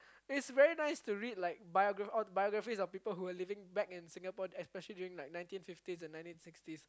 it's very nice to read like biography bibliography of people who were living back in Singapore especially during like nineteen fifties and nineteen sixties